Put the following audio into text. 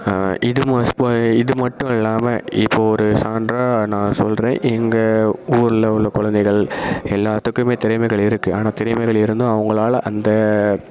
இது மாஸ் பா இது மட்டும் இல்லாமல் இப்போ ஒரு சான்றாக நான் சொல்றேன் எங்கள் ஊரில் உள்ள குழந்தைகள் எல்லாத்துக்குமே திறமைகள் இருக்கு ஆனால் திறமைகள் இருந்தும் அவங்களால அந்த